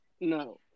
No